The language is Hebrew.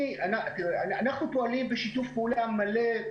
אנחנו פועלים בשיתוף פעולה מלא,